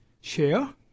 share